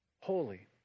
Holy